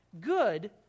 good